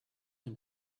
him